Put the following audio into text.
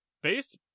base